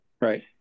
right